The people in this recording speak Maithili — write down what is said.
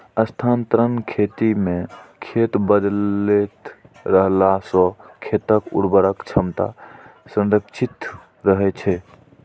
स्थानांतरण खेती मे खेत बदलैत रहला सं खेतक उर्वरक क्षमता संरक्षित रहै छै